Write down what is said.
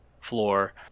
floor